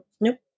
Nope